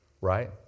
Right